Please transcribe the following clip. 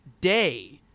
day